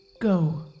Go